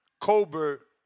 Colbert